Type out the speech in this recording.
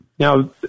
Now